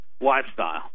lifestyle